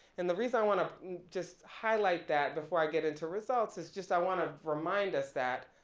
and the reason i wanna just highlight that before i get into results is just i wanna remind us that